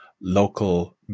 local